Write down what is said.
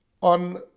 on